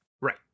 Right